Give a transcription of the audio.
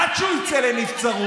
עד שהוא יצא לנבצרות.